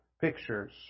pictures